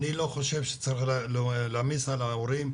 אני לא חושב שצריך להעמיס על ההורים.